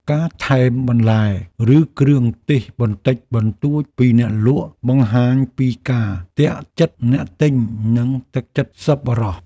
ការថែមបន្លែ ឬគ្រឿងទេសបន្តិចបន្តួចពីអ្នកលក់បង្ហាញពីការទាក់ចិត្តអ្នកទិញ និងទឹកចិត្តសប្បុរស។